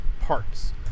parts